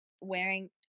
wearing